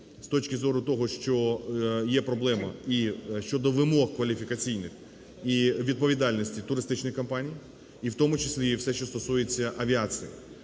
з точки зору того, що є проблема і щодо вимог кваліфікаційних і відповідальності туристичних компаній, і в тому числі і все, що стосується авіації.